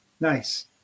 nice